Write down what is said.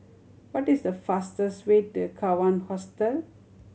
what is the fastest way to Kawan Hostel